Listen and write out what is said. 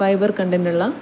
fibre content ഉള്ള